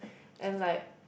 and like